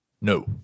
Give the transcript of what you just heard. No